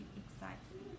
exciting